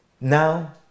Now